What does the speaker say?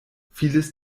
vieles